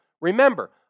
Remember